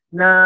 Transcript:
na